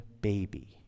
baby